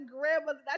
grandmother